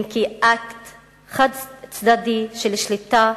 כי אם אקט חד-צדדי של שליטה,